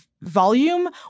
volume